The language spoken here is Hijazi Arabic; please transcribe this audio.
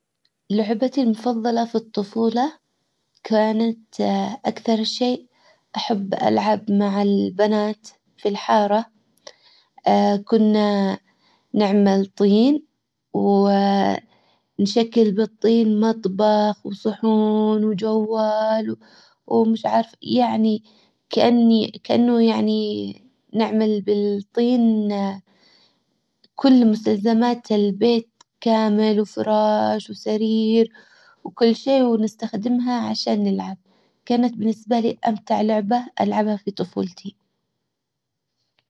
لعبتي المفضلة في الطفولة كانت اكثر شيء احب العب مع البنات في الحارة كنا نعمل طين ونشكل بالطين مطبخ وصحون وجوال ومش عارف يعني كاني كانه يعني نعمل بالطين كل مستلزمات البيت كامل وفراش وسرير وكل شي ونستخدمها عشان نلعب. كانت بالنسبة لي امتع لعبة العبها في طفولتي